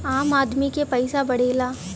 आम आदमी के पइसा बढ़ेला